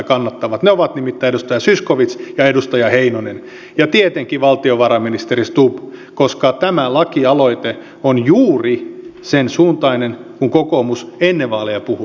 ne ovat nimittäin edustaja zyskowicz ja edustaja heinonen ja tietenkin valtiovarainministeri stubb koska tämä lakialoite on juuri sen suuntainen kuin mitä kokoomus ennen vaaleja puhui